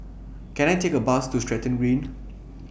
Can I Take A Bus to Stratton Green